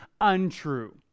untrue